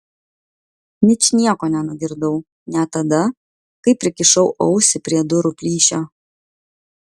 ničnieko nenugirdau net tada kai prikišau ausį prie durų plyšio